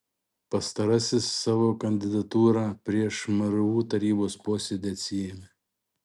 pastarasis savo kandidatūrą prieš mru tarybos posėdį atsiėmė